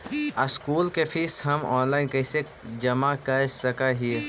School के fees हम online कैसे जमा कर सक हिय?